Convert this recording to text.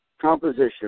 composition